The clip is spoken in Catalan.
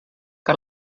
que